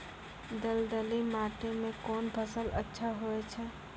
दलदली माटी म कोन फसल अच्छा होय छै?